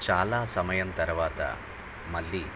చాలా సమయం తర్వాత మళ్ళీ